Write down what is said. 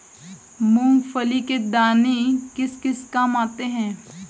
मूंगफली के दाने किस किस काम आते हैं?